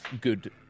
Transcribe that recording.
good